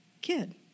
kid